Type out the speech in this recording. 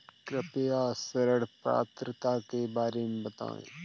कृपया ऋण पात्रता के बारे में बताएँ?